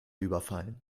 überfallen